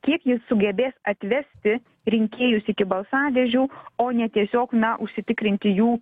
kiek jis sugebės atvesti rinkėjus iki balsadėžių o ne tiesiog na užsitikrinti jų